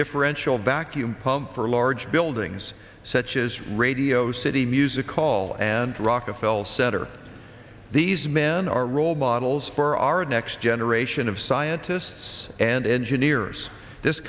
differential vacuum pump for large buildings such as radio city music hall and rockefeller center these men are role models for our next generation of scientists and engineers this